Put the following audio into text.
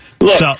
Look